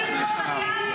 אבל יש לי עוד שש דקות.